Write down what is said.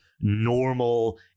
normal